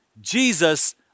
Jesus